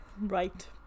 Right